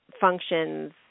functions